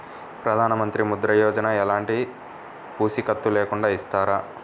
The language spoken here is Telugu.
ప్రధానమంత్రి ముద్ర యోజన ఎలాంటి పూసికత్తు లేకుండా ఇస్తారా?